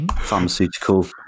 pharmaceutical